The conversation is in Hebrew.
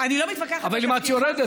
אבל אם את יורדת,